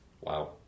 Wow